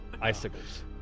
Icicles